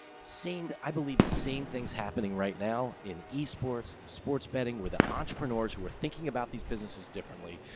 seemed i believe, the same things happening right now in ea sports in sports betting, where the entrepreneurs who are thinking about these businesses differently,